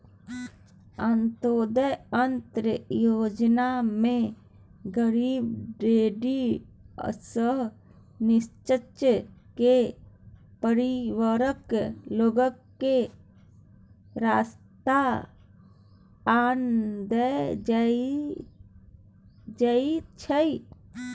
अंत्योदय अन्न योजनामे गरीबी डिडीर सँ नीच्चाँ केर परिबारक लोककेँ सस्ता ओन देल जाइ छै